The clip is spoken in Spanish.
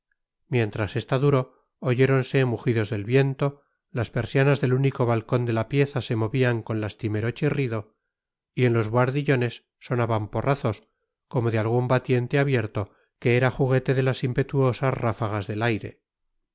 mientras esta duró oyéronse mugidos del viento las persianas del único balcón de la pieza se movían con lastimero chirrido y en los buhardillones sonaban porrazos como de algún batiente abierto que era juguete de las impetuosas ráfagas del aire